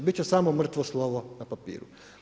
Biti će samo mrtvo slovo na papiru.